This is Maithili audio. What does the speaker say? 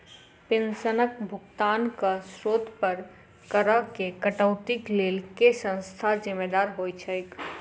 पेंशनक भुगतानक स्त्रोत पर करऽ केँ कटौतीक लेल केँ संस्था जिम्मेदार होइत छैक?